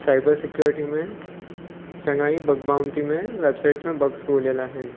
cyber security में चङा ई बग बाउंटी में वैब साइट्स में बग्स ॻोल्हियल आहिनि